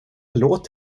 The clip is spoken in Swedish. låt